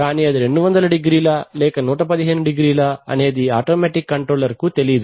కానీ అది 200 డిగ్రీలా లేక 115 డిగ్రీలా అనేది ఆటోమేటిక్ కంట్రోలర్ కు తెలీదు